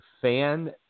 fan